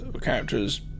characters